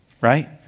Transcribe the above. right